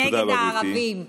נגד הערבים.